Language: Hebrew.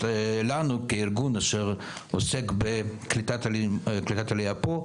לנו כארגון שעוסק בקליטת עלייה פה,